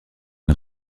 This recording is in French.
une